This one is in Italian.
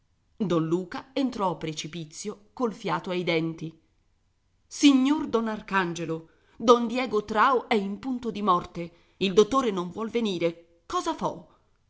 don luca entrò a precipizio col fiato ai denti signor don arcangelo don diego trao è in punto di morte il dottore non vuol venire cosa fo